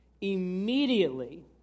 Immediately